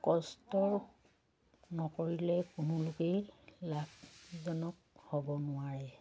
কষ্ট নকৰিলে কোনো লোকেই লাভজনক হ'ব নোৱাৰে